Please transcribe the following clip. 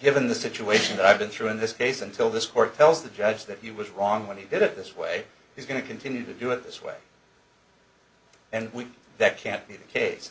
given the situation that i've been through in this case until this court tells the judge that he was wrong when he did it this way he's going to continue to do it this way and we that can't be the case